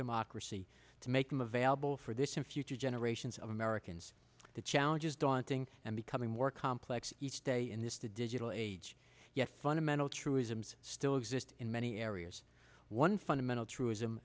democracy to make them available for this and future generations of americans the challenges daunting and becoming more complex each day in this digital age yet fundamental truisms still exist in many areas one fundamental truism